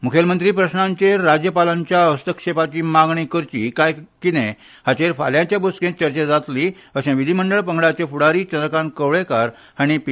मुखेलमंत्री प्रश्नाचेर राज्यापालांच्या हस्तक्षेपाची मागणी करची कायकिदे हाचेर फाल्याच्या बसकेंत चर्चा जातली अशे विधीमंडळ पंगडाचे फुडारी चंद्रकांत कवळेकार हाणी पी